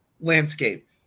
landscape